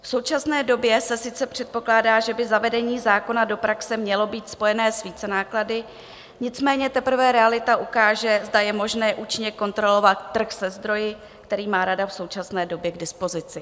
V současné době se sice předpokládá, že by zavedení zákona do praxe mělo být spojené s vícenáklady, nicméně teprve realita ukáže, zda je možné účinně kontrolovat trh se zdroji, který má rada v současné době k dispozici.